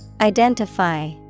Identify